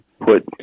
put